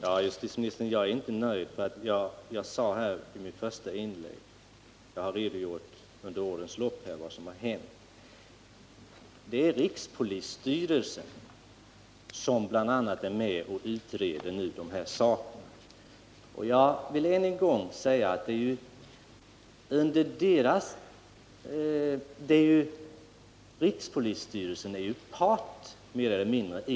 Herr talman! Jag är inte nöjd, justitieministern. Jag redogjorde i mitt första inlägg för vad som har hänt under årens lopp. Bl. a. är rikspolisstyrelsen med och utreder de här sakerna, och rikspolisstyrelsen är ju part i målet.